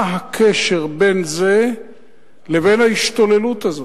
מה הקשר בין זה לבין ההשתוללות הזאת?